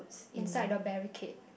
inside the barricade